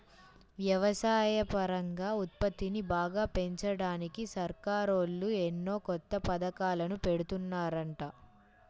వ్యవసాయపరంగా ఉత్పత్తిని బాగా పెంచడానికి సర్కారోళ్ళు ఎన్నో కొత్త పథకాలను పెడుతున్నారంట